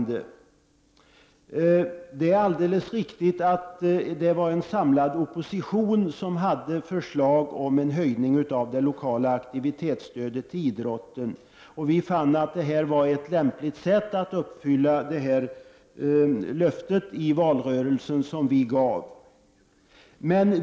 Det är helt riktigt att det var en samlad opposition som kom med ett förslag om en höjning av det lokala aktivitetsstödet till idrotten. Vi fann att detta var ett lämpligt sätt att uppfylla det löfte som vi gav i valrörelsen.